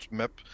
map